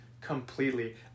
completely